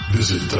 Visit